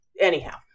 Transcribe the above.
anyhow